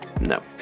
No